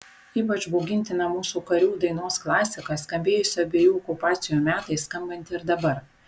ypač baugintina mūsų karių dainos klasika skambėjusi abiejų okupacijų metais skambanti ir dabar